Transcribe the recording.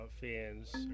fans